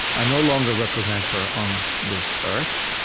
ah no longer represent her on this earth.